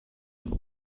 i’ve